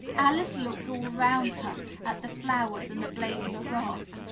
alice looked all around her at the flowers and the blades of grass,